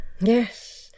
Yes